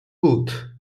butte